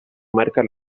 marca